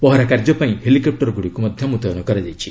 ପହରା କାର୍ଯ୍ୟ ପାଇଁ ହେଲିକପ୍ଟରଗୁଡ଼ିକୁ ମୁତୟନ କରାଯାଇଛି